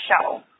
show